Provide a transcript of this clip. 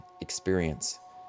experience